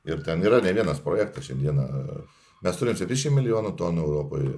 ir ten yra ne vienas projektas šiandieną mes turime apie trisdešimt milijonų tonų europoj